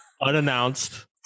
Unannounced